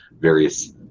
various